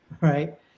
right